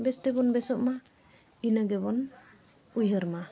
ᱵᱮᱥ ᱛᱮᱵᱚᱱ ᱵᱮᱥᱳᱜᱼᱢᱟ ᱤᱱᱟᱹ ᱜᱮᱵᱚᱱ ᱩᱭᱦᱟᱹᱨ ᱢᱟ